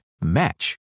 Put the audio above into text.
Match